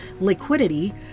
liquidity